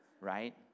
Right